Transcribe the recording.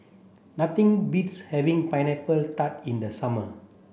nothing beats having pineapple tart in the summer